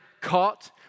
caught